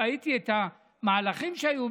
ראיתי את המהלכים שהיו.